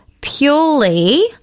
purely